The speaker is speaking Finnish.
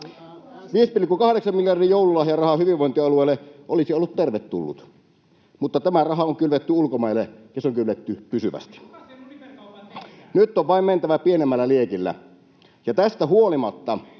5,8 miljardin joululahjaraha hyvinvointialueille olisi ollut tervetullut, mutta tämä raha on kylvetty ulkomaille, ja se on kylvetty pysyvästi. [Vasemmalta: Kuka sen Uniper-kaupan tekikään?] Nyt on vain mentävä pienemmällä liekillä, ja tästä huolimatta